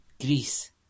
Greece